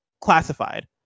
classified